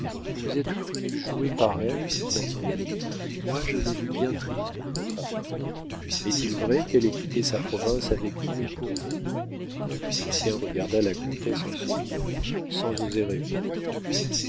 vous vous êtes cru joué par elle m'a-t-on dit moi je l'ai vue bien triste de votre abandon est-il vrai qu'elle ait quitté sa province avec vous et pour vous lucien regarda la comtesse en souriant sans oser répondre